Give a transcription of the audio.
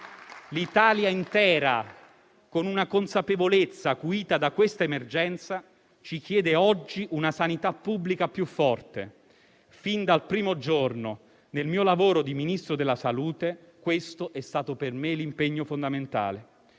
L'Italia intera, con una consapevolezza acuita dall'emergenza, ci chiede oggi una sanità pubblica più forte. Fin dal primo giorno del mio lavoro di Ministro della salute questo è stato per me l'impegno fondamentale.